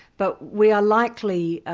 but we are likely, ah